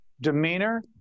demeanor